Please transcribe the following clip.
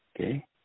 Okay